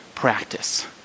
Practice